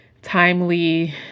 timely